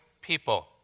people